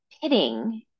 pitting